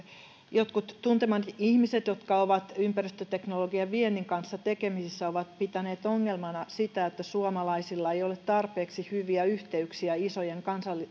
jotkut tuntemani ihmiset jotka ovat ympäristöteknologian ja viennin kanssa tekemisissä ovat pitäneet ongelmana sitä että suomalaisilla ei ole tarpeeksi hyviä yhteyksiä isojen